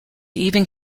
even